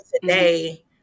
today